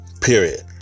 Period